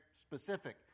specific